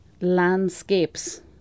landscapes